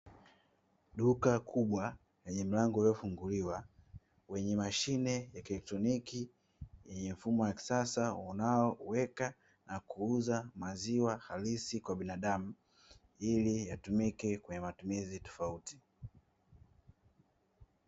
Duka kubwa lenye mlango uliofunguliwa wenye mashine ya kielectroniki, yenye mfumo wa kisasa unaoweka na kuuza maziwa halisi kwa binadamu ili yatumike kwenye matumizi tofautitofauti.